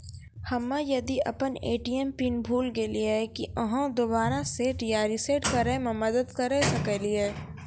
हम्मे यदि अपन ए.टी.एम पिन भूल गलियै, की आहाँ दोबारा सेट या रिसेट करैमे मदद करऽ सकलियै?